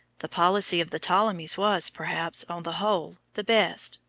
the policy of the ptolemies was, perhaps, on the whole, the best,